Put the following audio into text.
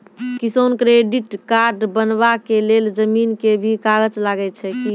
किसान credit card बनबा के लेल जमीन के भी कागज लागै छै कि?